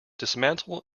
dismantle